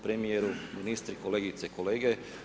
Premjeru, ministri, kolegice i kolege.